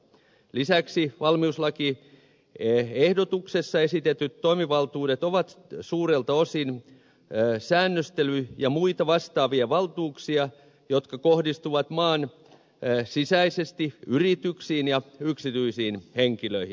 lisäksi valmiuslakiehdotuksessa esitetyt toimivaltuudet ovat suurelta osin säännöstely ja muita vastaavia valtuuksia jotka kohdistuvat maan sisäisesti yrityksiin ja yksityisiin henkilöihin